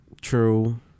True